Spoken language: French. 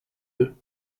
deux